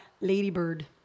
Ladybird